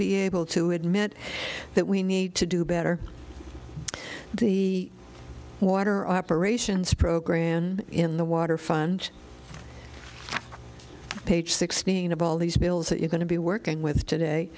be able to admit that we need to do better the water operations program in the waterfront page sixteen of all these bills that you're going to be working with today